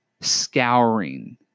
scouring